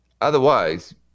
Otherwise